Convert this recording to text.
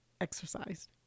exercised